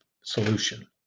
solution